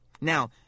Now